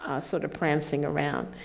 ah sort of prancing around.